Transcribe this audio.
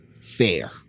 fair